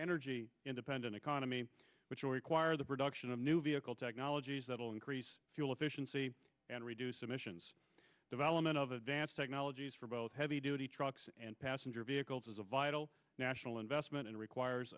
energy independent economy which will require the production of new vehicle technologies that will increase fuel efficiency and reduce emissions development of advanced technologies for both heavy duty trucks and passenger vehicles is a vital national investment and requires